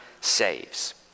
saves